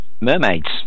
mermaids